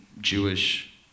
Jewish